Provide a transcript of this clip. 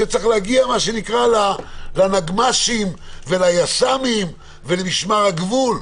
כשצריך להגיע מה שנקרא לנגמ"שים וליס"מים ולמשמר הגבול,